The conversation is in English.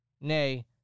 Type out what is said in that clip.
Nay